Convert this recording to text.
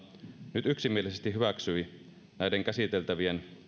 nyt yksimielisesti hyväksyi näiden käsiteltävien